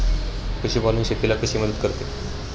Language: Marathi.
पशुपालन शेतीला कशी मदत करते?